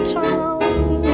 town